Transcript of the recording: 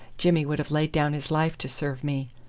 jimmy would have laid down his life to serve me.